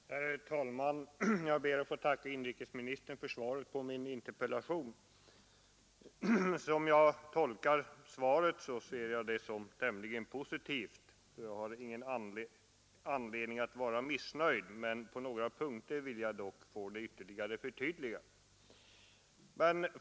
Herr talman! Jag ber att få tacka inrikesministern för svaret på min interpellation. Som jag tolkar svaret är det tämligen positivt. Jag har ingen anledning att vara missnöjd, men på några punkter vill jag få svaret ytterligare förtydligat.